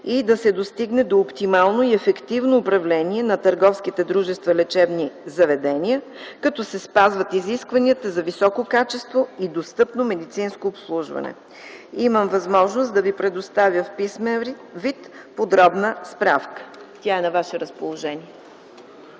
и да се достигне до оптимално и ефективно управление на търговските дружества лечебни заведения, като се спазват изискванията за високо качество и достъпно медицинско обслужване. Имам възможност да ви предоставя подробна справка в писмен вид. Тя е на ваше разположение.